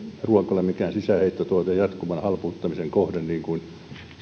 ruoka ole mikään sisäänheittotuote jatkuvan halpuuttamisen kohde niin kuin